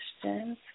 questions